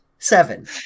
Seven